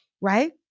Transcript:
right